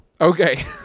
Okay